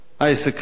העסק רץ.